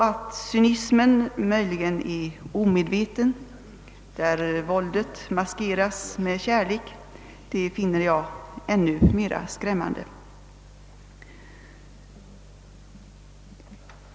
Att cynismen möjligen är omedveten, där våldet maskeras som kärlek, finner jag ännu mer skrämmande.